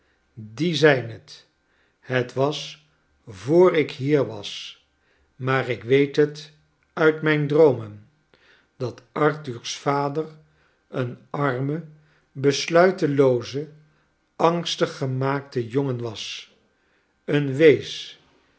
die zijn het het was voor ik liier was maar ik weet het uit mijn droomen dat arthur's vader een arme besluitelooze angstig gemaakte jongen was een wees